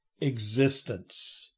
existence